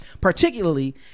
particularly